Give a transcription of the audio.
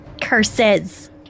Curses